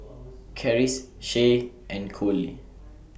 Charisse Shay and Kole